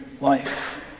life